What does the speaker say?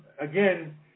again